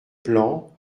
plan